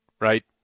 Right